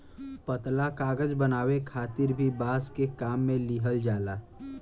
पतला कागज बनावे खातिर भी बांस के काम में लिहल जाला